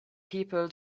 people